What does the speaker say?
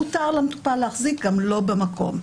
מותר למטופל להחזיק גם לא במקום.